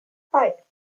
hei